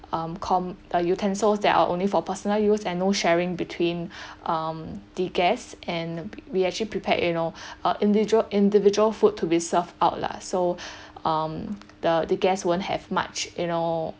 um com~ uh utensils that are only for personal use and no sharing between um the guests and we actually prepare you know uh individual individual food to be served out lah so um the the guests won't have much you know